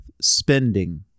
spending